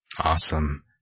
Awesome